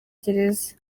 gereza